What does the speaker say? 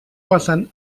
basen